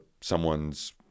someone's